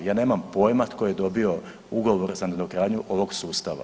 Ja nemam pojma tko je dobio ugovor za nadogradnju ovog sustava.